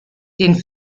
den